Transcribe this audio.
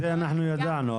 את זה אנחנו יודעים,